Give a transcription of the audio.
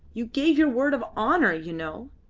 you gave your word of honour, you know.